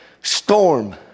storm